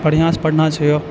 बढ़िआँसँ पढ़ना छिऔ